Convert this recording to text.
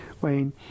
wayne